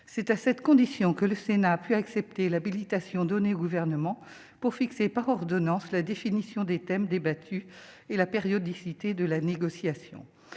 C'est à cette condition que le Sénat a pu accepter l'habilitation donnée au Gouvernement pour fixer par ordonnance la définition des thèmes débattus et la périodicité de la négociation.